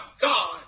God